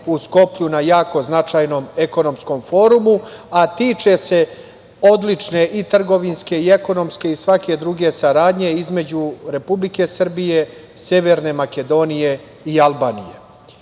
u Skoplju na jako značajnom ekonomskom forumu, a tiče se odlične i trgovinske i ekonomske i svake druge saradnje između Republike Srbije, Severne Makedonije i Albanije.S